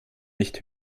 nicht